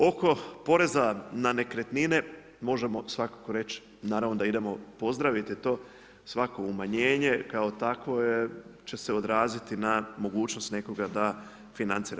Oko poreza na nekretnine možemo svakako reći naravno da idemo pozdraviti to, svako umanjenje kao takvo će se odraziti na mogućnost nekog da financira.